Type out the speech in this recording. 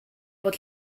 bod